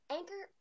Anchor